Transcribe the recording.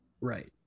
Right